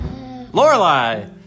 Lorelai